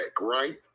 right